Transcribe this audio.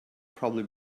probably